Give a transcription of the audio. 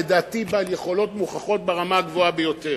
לדעתי בעל יכולות מוכחות ברמה הגבוהה ביותר,